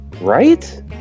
Right